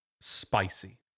spicy